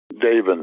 David